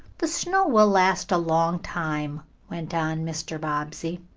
the snow will last a long time, went on mr. bobbsey.